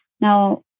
Now